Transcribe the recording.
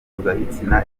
mpuzabitsina